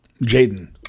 Jaden